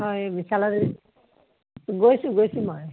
হয় বিশালত গৈছোঁ গৈছোঁ মই